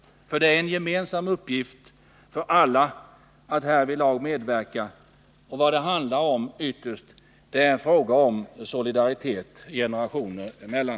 Det är en uppgift för alla att härvidlag medverka. Vad det ytterst handlar om är solidaritet generationer emellan.